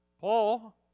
Paul